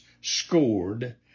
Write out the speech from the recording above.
scored